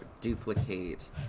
duplicate